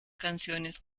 canciones